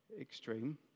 extreme